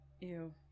Ew